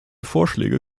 vorschläge